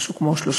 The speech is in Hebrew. משהו כמו שלושה